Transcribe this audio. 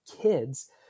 kids